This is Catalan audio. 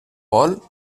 vol